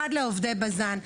אחת, לעובדי בז"ן.